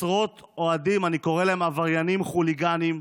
עשרות אוהדים, אני קורא להם "עבריינים חוליגנים"